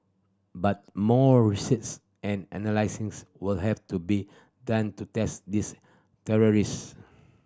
but more research and analysis would have to be done to test these theories